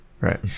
right